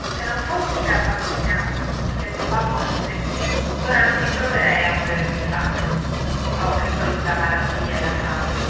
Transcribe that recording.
se non fossi scappato di casa e se il mio babbo fosse qui ora non mi troverei a morire di fame oh che brutta malattia che è la fame